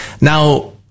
Now